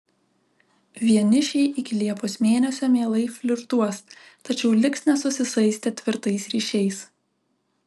vienišiai iki liepos mėnesio mielai flirtuos tačiau liks nesusisaistę tvirtais ryšiais